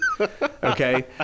Okay